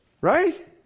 Right